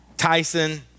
Tyson